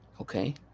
Okay